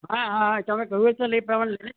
હા હા હા તમે કહ્યું એ પ્રમાણે